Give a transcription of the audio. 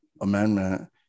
amendment